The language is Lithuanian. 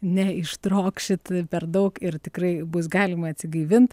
neištrokšit per daug ir tikrai bus galima atsigaivint